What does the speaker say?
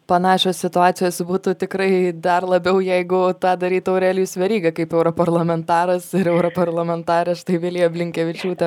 panašios situacijos būtų tikrai dar labiau jeigu tą darytų aurelijus veryga kaip europarlamentaras ir europarlamentarė vilija blinkevičiūtė